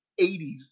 80s